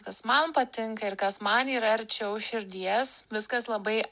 kas man patinka ir kas man yra arčiau širdies viskas labai